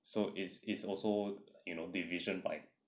so it's it's also you know division by